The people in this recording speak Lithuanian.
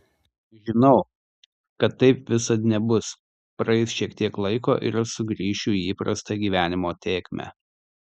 žinau kad taip visad nebus praeis šiek tiek laiko ir aš sugrįšiu į įprastą gyvenimo tėkmę